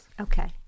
Okay